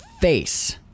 face